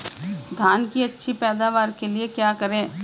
धान की अच्छी पैदावार के लिए क्या करें?